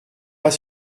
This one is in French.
pas